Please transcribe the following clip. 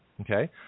Okay